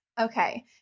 Okay